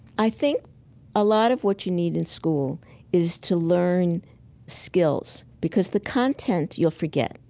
i think a lot of what you need in school is to learn skills because the content you'll forget.